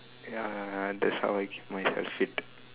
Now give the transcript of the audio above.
ya that's how I keep myself fit